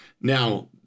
Now